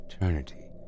eternity